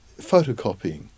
photocopying